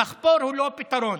דחפור הוא לא פתרון.